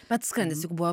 pats skrandis juk buvo